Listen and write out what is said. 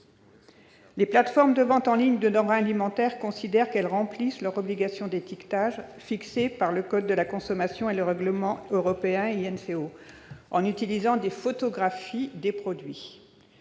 Les plateformes de vente en ligne de denrées alimentaires considèrent qu'elles remplissent leurs obligations d'étiquetage fixées par le code de la consommation et le règlement européen INCO en utilisant des photographies des produits.